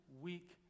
weak